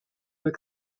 were